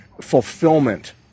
fulfillment